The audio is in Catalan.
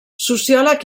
sociòleg